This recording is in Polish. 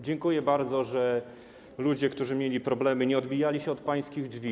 Dziękuję bardzo, że ludzie, którzy mieli problemy, nie odbijali się od pańskich drzwi.